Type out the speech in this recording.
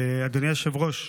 אדוני היושב-ראש,